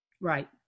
Right